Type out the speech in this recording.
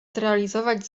zrealizować